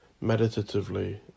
meditatively